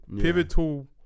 pivotal